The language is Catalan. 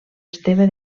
esteve